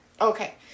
Okay